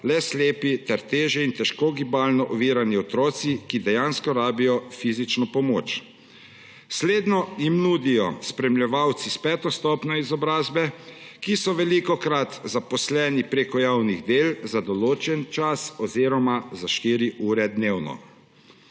le slepi ter težje in težko gibalno ovirani otroci, ki dejansko rabijo fizično pomoč. Slednjo jim nudijo spremljevalci s peto stopnjo izobrazbe, ki so velikokrat zaposleni preko javnih del za določen čas oziroma za štiri ure dnevno.